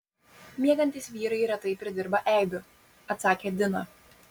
miegantys vyrai retai pridirba eibių atsakė dina